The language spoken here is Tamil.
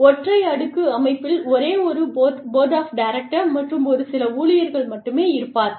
ஒற்றை அடுக்கு அமைப்பில் ஒரே ஒரு போர்டு ஆஃப் டைரக்டர் மற்றும் ஒரு சில ஊழியர்கள் மட்டுமே இருப்பார்கள்